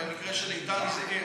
במקרה של איתן זאב,